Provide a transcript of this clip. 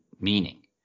meaning